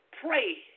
pray